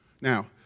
Now